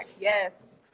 Yes